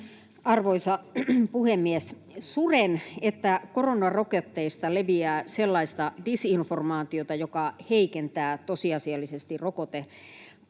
Arvoisa puhemies! Suren, että koronarokotteista leviää sellaista disinformaatiota, joka heikentää tosiasiallisesti rokotekattavuutta.